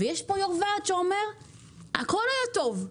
יש פה יו"ר וועד שאומר שהכול היה טוב,